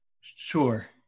Sure